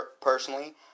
personally